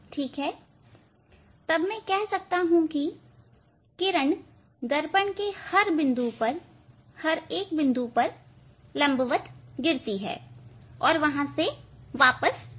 ठीक है तब मैं कह सकता हूं कि किरण दर्पण के हर बिंदु पर दर्पण के हर एक बिंदु पर पर लंबवत गिरती है और वह वापस आती हैं